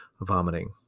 vomiting